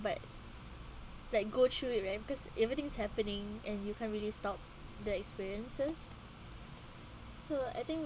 but like go through it right because everything's happening and you can't really stop the experiences so I think